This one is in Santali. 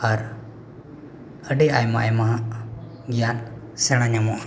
ᱟᱨ ᱟᱹᱰᱤ ᱟᱭᱢᱟᱼᱟᱭᱢᱟ ᱜᱮᱭᱟᱱ ᱥᱮᱬᱟ ᱧᱟᱢᱚᱜᱼᱟ